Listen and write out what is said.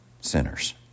sinners